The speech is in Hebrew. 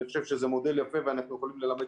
אני חושב שזה מודל יפה ואנחנו יכולים ללמד